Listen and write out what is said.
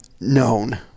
known